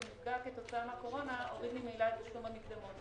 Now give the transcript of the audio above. נפגע כתוצאה מהקורונה הוריד ממילא את תשלום המקדמות.